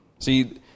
See